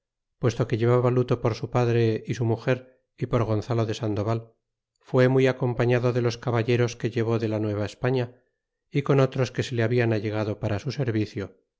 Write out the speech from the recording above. puesto que llevaba luto por su padre y su muger y por gonzalo de sandoval fué muy acompañado de los caballeros que llevó de la nueva españa y con otros que se le habian allegado para su servicio